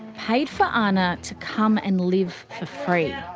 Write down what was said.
paid for ana to come and live for free.